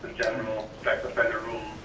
general type of offender rules.